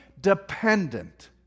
dependent